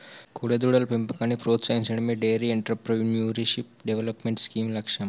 కోడెదూడల పెంపకాన్ని ప్రోత్సహించడమే డెయిరీ ఎంటర్ప్రెన్యూర్షిప్ డెవలప్మెంట్ స్కీమ్ లక్ష్యం